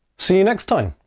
see you next time!